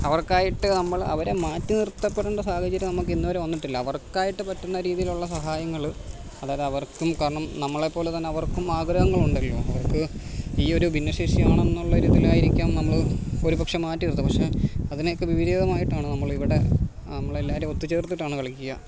അവർക്കായിട്ട് നമ്മൾ അവരെ മാറ്റിനിർത്തപ്പെടേണ്ട സാഹചര്യം നമ്മൾക്കിന്നുവരെ വന്നിട്ടില്ല അവർക്കായിട്ട് പറ്റുന്ന രീതിയിലുള്ള സഹായങ്ങൾ അതായത് അവർക്കും കാരണം നമ്മളെപ്പോലെതന്നെ അവർക്കും ആഗ്രഹങ്ങളുണ്ടല്ലോ അവർക്ക് ഈയൊരു ഭിന്നശേഷിയാണെന്നുള്ള ഒരിതിലായിരിക്കാം നമ്മൾ ഒരുപക്ഷെ മാറ്റിനിർത്തുക പക്ഷെ അതിനെയൊക്കെ വിപരീതമായിട്ടാണ് നമ്മളിവടെ നമ്മളെല്ലാവരേയും ഒത്തു ചേർത്തിട്ടാണ് കളിക്കുക